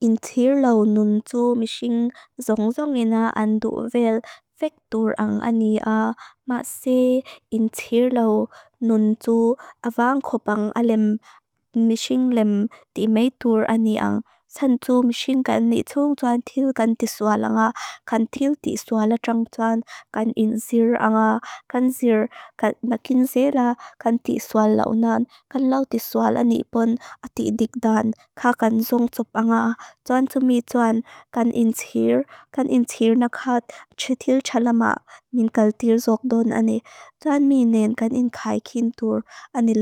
Intir lau nun tu mishing zong zongina andu uvel vektur ang ania. Ma se intir lau nun tu avang kopang alem mishing lem timetur ania. Santu mishing kanitong tuan til kan tisuala nga. Kan til tisuala trang tuan. Kan insir anga. Kan insir na kin sira. Kan tisuala unan. Kan lau tisuala nipon ati idik dan. Santu mishing kanitong tuan til kan tisuala nga. Kan tisuala unan. Kan lau tisuala nipon ati idik dan. Santu mishing kanitong tuan til kan tisuala nga. Kan tisuala unan. Kan lau tisuala nipon ati idik dan. Santu mishing kanitong tuan til kan tisuala. Kan tisuala unan. Kan lau tisuala nipon ati idik dan baak tu senthi na paran di tem. Santu mishing kanitong tuan til kan tisuala nga ang ju nimar semti angka. Kan lau